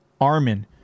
armin